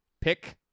pick